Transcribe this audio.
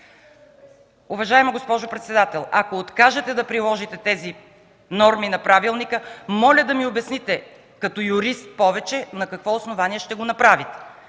Уважаема госпожо председател, ако откажете да приложите тези норми на правилника, моля да ми обясните, като юрист, на какво основание ще го направите!